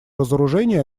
разоружению